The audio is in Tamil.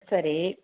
சரி